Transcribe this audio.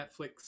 Netflix